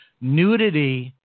nudity